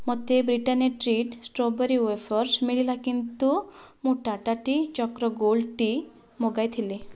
ମୋତେ Britannia treat strawberry wafers ମିଳିଲା କିନ୍ତୁ ମୁଁ Tata tea Chakra gold tea ମଗାଇଥିଲି